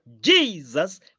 Jesus